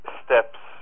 steps